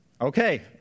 Okay